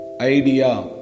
Idea